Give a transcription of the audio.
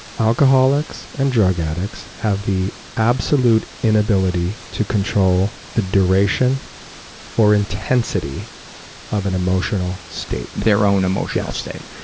alcoholics and drug addicts have the absolute inability to control the duration or intensity of an emotional state. their own emotional state.